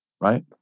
Right